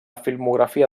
filmografia